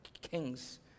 kings